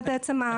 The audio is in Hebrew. זה המצב שהיה.